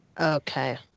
Okay